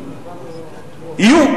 יהיו,